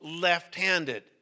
left-handed